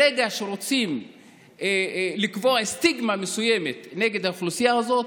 ברגע שרוצים לקבוע סטיגמה מסוימת נגד האוכלוסייה הזאת,